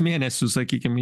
mėnesių sakykim